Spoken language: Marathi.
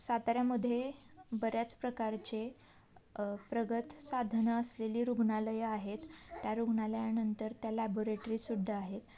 साताऱ्यामध्ये बऱ्याच प्रकारचे प्रगत साधनं असलेली रुग्णालयं आहेत त्या रुग्णालयानंतर त्या लॅबोरेटरीसुद्धा आहेत